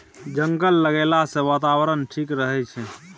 जंगल लगैला सँ बातावरण ठीक रहै छै